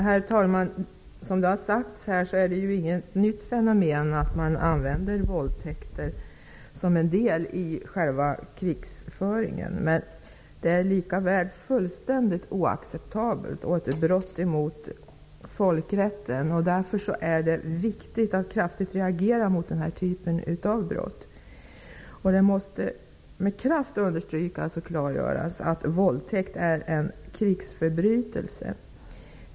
Herr talman! Som redan har sagts är det inget nytt fenomen att våldtäkter används som en del i själva krigföringen. Likväl är det fullständigt oacceptabelt och ett brott mot folkrätten, och därför är det viktigt att kraftigt reagera mot den här typen av brott. Det måste med kraft understrykas och klargöras att våldtäkt är en krigsförbrytelse.